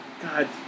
God